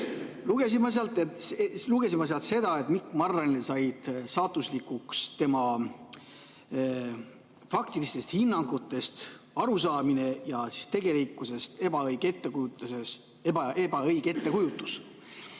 lugesin ma sealt seda, et Mikk Marranile said saatuslikuks tema faktilistest hinnangutest arusaamine ja tegelikkusest ebaõige ettekujutus.